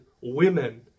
women